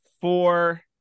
four